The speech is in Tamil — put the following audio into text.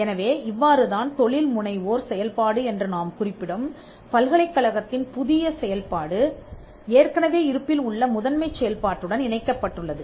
எனவே இவ்வாறுதான் தொழில் முனைவோர் செயல்பாடு என்று நாம் குறிப்பிடும் பல்கலைக்கழகத்தின் புதிய செயல்பாடு ஏற்கனவே இருப்பில் உள்ள முதன்மைச் செயல்பாட்டுடன் இணைக்கப்பட்டுள்ளது